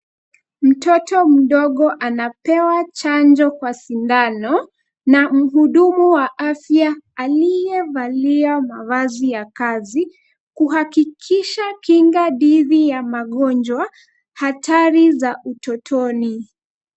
Mtoto mdogo anapewa chanjo kwa sindano na mhudumu wa afya aliyevalia mavazi ya kazi, kuhakikisha kinga dhidi ya magonjwa hatari za utotoni.